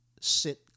sit